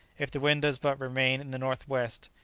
if the wind does but remain in the north-west,